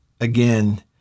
again